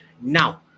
now